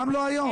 גם לא היום.